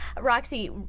Roxy